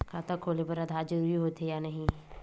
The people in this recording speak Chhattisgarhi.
खाता खोले बार आधार जरूरी हो थे या नहीं?